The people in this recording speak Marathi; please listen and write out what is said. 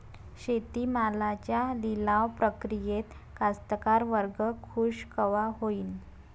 शेती मालाच्या लिलाव प्रक्रियेत कास्तकार वर्ग खूष कवा होईन?